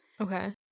okay